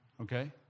okay